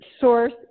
source